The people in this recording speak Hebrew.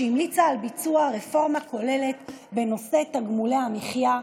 שהמליצה על ביצוע רפורמה כוללת בנושא תגמולי המחיה,